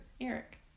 Eric